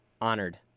Honored